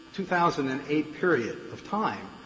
two thousand and eight, period of time,